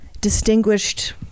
distinguished